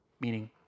meaning